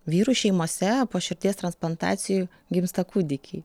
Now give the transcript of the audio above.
vyrų šeimose po širdies transplantacijų gimsta kūdikiai